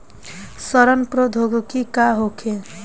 सड़न प्रधौगकी का होखे?